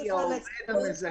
בעד?